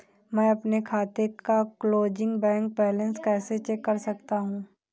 मैं अपने खाते का क्लोजिंग बैंक बैलेंस कैसे चेक कर सकता हूँ?